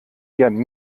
gern